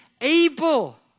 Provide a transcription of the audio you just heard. able